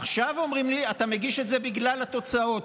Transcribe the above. עכשיו אומרים לי: אתה מגיש את זה בגלל התוצאות.